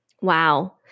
Wow